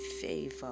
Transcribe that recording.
favor